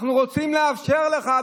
אנחנו רוצים לאפשר לך,